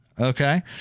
Okay